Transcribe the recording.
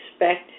expect